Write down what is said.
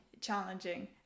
challenging